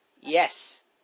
Yes